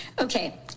Okay